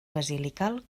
basilical